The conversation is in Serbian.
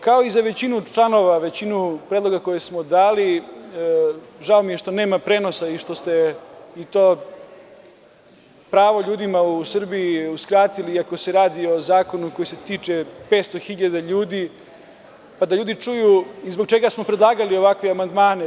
Kao i za većinu članova, većinu predloga koje smo dali, žao mi je što nema prenosa i što ste i to pravo ljudima u Srbiji uskratili iako se radi o zakonu koji se tiče 500.000 ljudi, pa da ljudi čuju zbog čega smo predlagali ovakve amandmane.